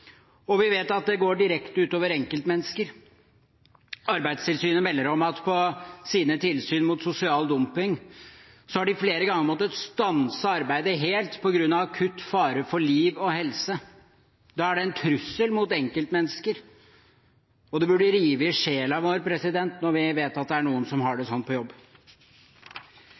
Vi vet at det går direkte ut over enkeltmennesker. Arbeidstilsynet melder om at i sine tilsyn mot sosial dumping har de flere ganger måttet stanse arbeidet helt på grunn av akutt fare for liv og helse. Da er det en trussel mot enkeltmennesker. Det burde rive i sjelen vår når vi vet at det er noen som har det slik på jobb.